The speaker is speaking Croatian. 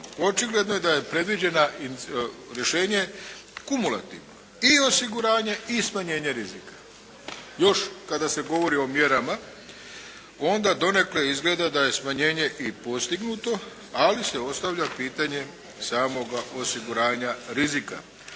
Očigledno je da je predviđena rješenje kumulativno i osiguranje i smanjenje rizika. Još kada se govori o mjerama onda donekle izgleda da je smanjenje i postignuto, ali se ostavlja pitanje samoga osiguranja rizika.